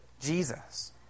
Jesus